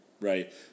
right